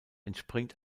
entspringt